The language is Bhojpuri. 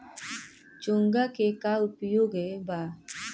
चोंगा के का उपयोग बा?